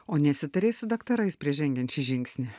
o nesitarei su daktarais prieš žengiant šį žingsnį